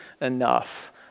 enough